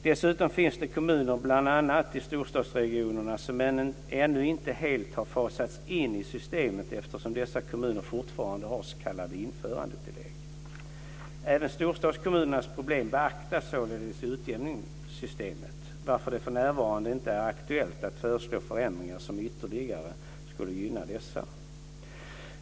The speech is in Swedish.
Dessutom finns det kommuner, bl.a. i storstadsregionerna, som ännu inte helt har fasats in i systemet eftersom dessa kommuner fortfarande har s.k. införandetillägg. Även storstadskommunernas problem beaktas således i utjämningssystemet, varför det för närvarande inte är aktuellt att föreslå förändringar som ytterligare skulle gynna dessa.